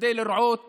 כדי לרעות